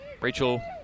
Rachel